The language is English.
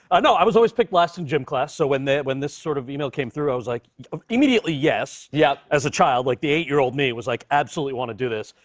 ah, no. i was always picked last in gym class. so when this when this sort of e-mail came through, i was like immediately, yes, yeah as a child. like the eight year old me was like, absolutely want to do this.